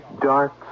dark